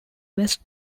west